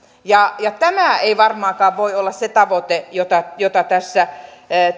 tämä ei varmaankaan voi olla se tavoite jota jota tässä